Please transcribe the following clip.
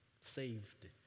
Saved